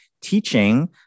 teaching